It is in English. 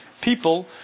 people